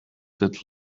that